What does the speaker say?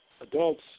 adults